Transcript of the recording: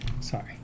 Sorry